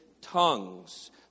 tongues